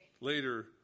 later